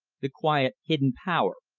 the quiet hidden power,